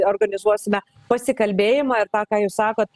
organizuosime pasikalbėjimą ir tą ką jūs sakot